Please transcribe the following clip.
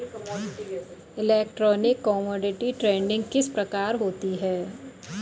Electronic commodity trading किस प्रकार होती है?